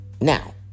Now